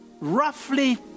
roughly